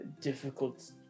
difficult